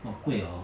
哦贵哦